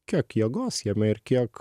kiek jėgos jame ir kiek